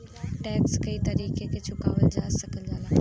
tax कई तरीके से चुकावल जा सकल जाला